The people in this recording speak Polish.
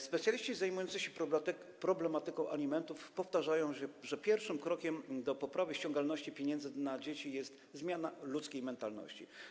Specjaliści zajmujący się problematyką alimentów powtarzają, że pierwszym krokiem do poprawy ściągalności pieniędzy na dzieci jest zmiana ludzkiej mentalności.